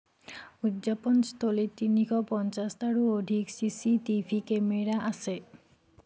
উদযাপনস্থলীত তিনিশ পঞ্চাছটাৰো অধিক চিচিটিভি কেমেৰা আছে